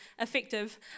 effective